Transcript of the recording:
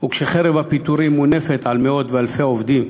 וכשחרב הפיטורים מונפת על מאות ואלפי עובדים,